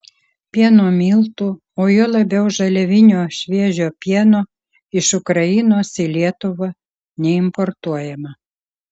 pieno miltų o juo labiau žaliavinio šviežio pieno iš ukrainos į lietuvą neimportuojama